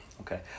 Okay